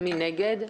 מי נגד?